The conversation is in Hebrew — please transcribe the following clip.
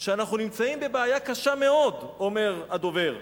שאנחנו נמצאים בבעיה קשה מאוד", אומר הדובר,